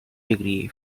degree